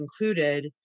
included